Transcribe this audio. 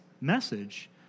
message